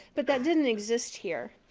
but that didn't exist here.